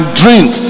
drink